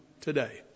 today